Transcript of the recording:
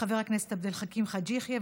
חבר הכנסת עבד אל חכים חאג' יחיא,